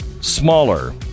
smaller